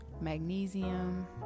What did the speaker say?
magnesium